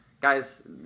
guys